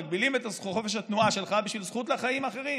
מגבילים את חופש התנועה שלך בשביל זכות לחיים אחרים.